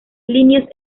líneas